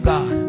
God